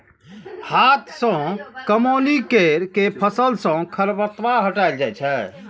हाथ सं कमौनी कैर के फसल सं खरपतवार हटाएल जाए छै